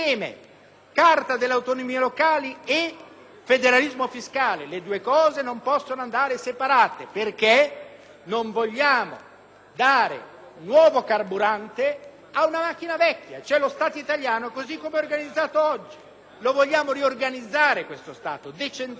Carta delle autonomie locali e federalismo fiscale non possono andare separate, perché non vogliamo dare nuovo carburante ad una macchina vecchia, qual è lo Stato italiano così com'è organizzato oggi. Vogliamo riorganizzare e decentrare